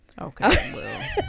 okay